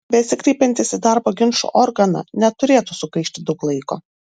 besikreipiantys į darbo ginčų organą neturėtų sugaišti daug laiko